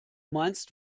meinst